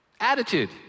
Attitude